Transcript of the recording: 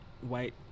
white